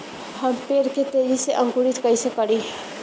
हम पेड़ के तेजी से अंकुरित कईसे करि?